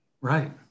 right